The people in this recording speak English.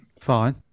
fine